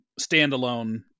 standalone